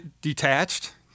detached